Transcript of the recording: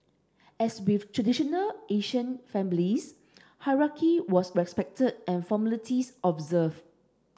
as with traditional Asian families hierarchy was respected and formalities observed